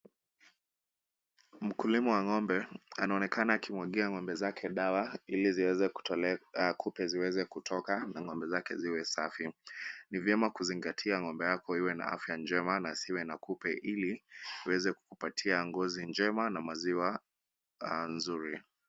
Mkulimu wa ng'ombe, anaonekana akimwagia ng'ombe zake dawa ili ziweze kutoka na ng'ombe zake ziwe safi, ni vyema kuzingatia ng'ombe yako iwe na afya njema na asiwe na kupe ili, iweze kukupatia ngozi njema na maziwa nzuri.